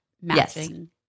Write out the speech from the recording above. matching